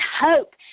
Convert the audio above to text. hope